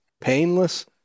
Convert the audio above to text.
painless